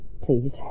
Please